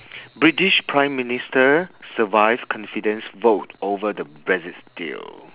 british prime minister survive confidence vote over the brexit deal